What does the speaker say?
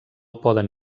poden